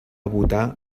votar